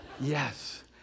Yes